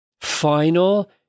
final